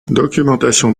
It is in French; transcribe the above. documentation